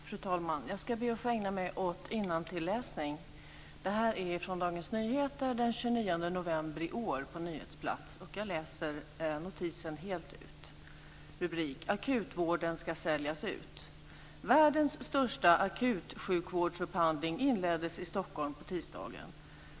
Fru talman! Jag ska be att få ägna mig åt innantilläsning av en hel artikel på nyhetsplats i Dagens Rubriken är: "Akutsjukvården ska säljas ut". Artikeln lyder: "Världens största akutsjukvårdsupphandling inleddes i Stockholm på tisdagen.